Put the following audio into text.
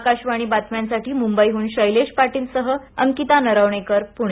आकाशवाणी बातम्यांसाठी मुंबईहून शैलेश पाटीलसह अंकिता नरवणे पुणे